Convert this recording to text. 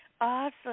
Awesome